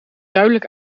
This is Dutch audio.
duidelijk